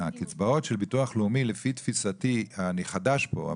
אני חדש פה,